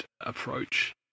approach